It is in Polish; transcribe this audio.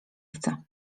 chcę